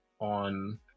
on